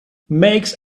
makes